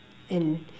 and